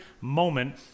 moment